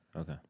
Okay